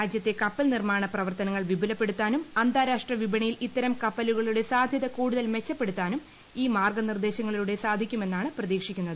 രാജ്യത്തെ കപ്പൽ നിർമ്മാണ പ്രവർത്തനങ്ങൾ വിപുലപ്പെടുത്താനും അന്താരാഷ്ട്ര വിപണിയിൽ ഇത്തരം കപ്പലുകളുടെ സാധ്യത കൂടുതൽ മെച്ചപ്പെടുത്താനും ഈ മാർഗ്ഗ നിർദേശങ്ങളിലൂടെ സാധിക്കുമെന്നാണ് പ്രതീക്ഷിക്കുന്നത്